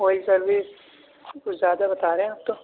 oil service کچھ زیادہ بتا رہے ہیں آپ تو